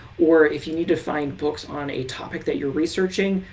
or if you need to find books on a topic that you're researching,